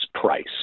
price